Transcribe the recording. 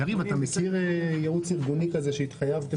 יריב, אתה מכיר ייעוץ ארגוני כזה שהתחייבתם?